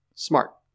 Smart